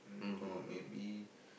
got maybe